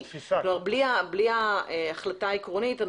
בלי ההחלטה העקרונית,